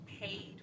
paid